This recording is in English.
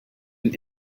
even